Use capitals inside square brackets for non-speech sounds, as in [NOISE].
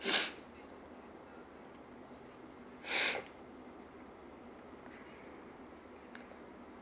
[BREATH] [BREATH]